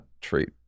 treat